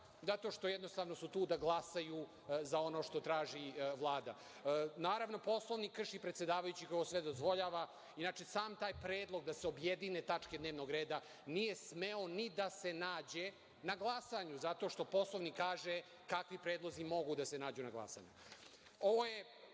zato što su jednostavno tu da glasaju za ono što traži Vlada. Naravno, Poslovnik krši predsedavajući koji sve dozvoljava. Inače, sam taj predlog da se objedine tačke dnevnog reda nije smeo ni da se nađe na glasanju zato što Poslovnik kaže kakvi predlozi mogu da se nađu na glasanju.